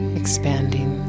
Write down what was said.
expanding